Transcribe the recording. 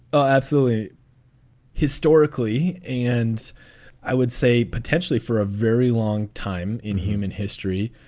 ah absolutely historically, and i would say potentially for a very long time in human history,